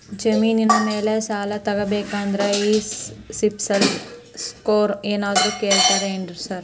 ಜಮೇನಿನ ಮ್ಯಾಲೆ ಸಾಲ ತಗಬೇಕಂದ್ರೆ ಈ ಸಿಬಿಲ್ ಸ್ಕೋರ್ ಏನಾದ್ರ ಕೇಳ್ತಾರ್ ಏನ್ರಿ ಸಾರ್?